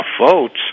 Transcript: votes